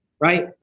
Right